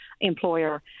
employer